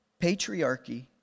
Patriarchy